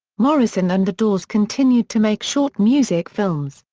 morrison and the doors continued to make short music films,